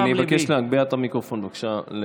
אני מבקש להגביה את המיקרופון, בבקשה.